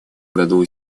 году